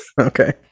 Okay